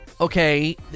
okay